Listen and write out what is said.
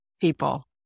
people